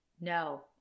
No